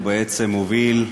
ובעצם הוביל,